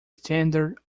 standard